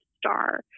star